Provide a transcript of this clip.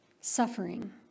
suffering